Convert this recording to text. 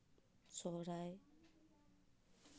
ᱥᱚᱦᱚᱨᱟᱭ